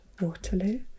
Waterloo